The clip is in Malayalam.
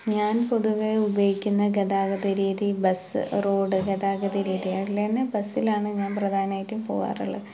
ഞാൻ പൊതുവേ ഉപയോഗിക്കുന്ന ഗതാഗത രീതി ബസ് റോഡ് ഗതാഗത രീതിയാണ് അല്ലായിരുന്നെങ്കിൽ ബസ്സിലാണ് ഞാൻ പ്രധാനമായിട്ടും പോകാറുള്ള